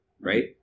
right